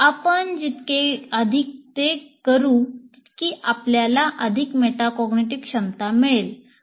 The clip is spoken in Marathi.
आपण जितके अधिक ते करू तितकी आपल्याला अधिक मेटाकॉग्निटिव्ह क्षमता मिळेल